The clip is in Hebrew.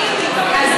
אני